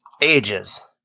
ages